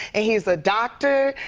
and he's a doctor,